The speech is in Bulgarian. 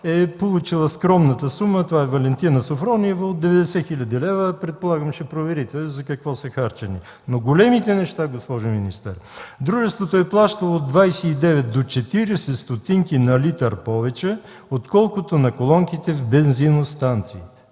е получила скромната сума от 90 хил. лева – това е Валентина Софрониева. Предполагам, че ще проверите за какво са харчени. Но големите неща, госпожо министър, са: дружеството е плащало от 29 до 40 стотинки на литър повече, отколкото на колонките на бензиностанциите.